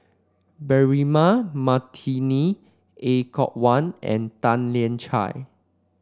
Braema Mathi Er Kwong Wah and Tan Lian Chye